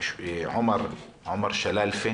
עובד עומר שלאלפה